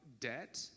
debt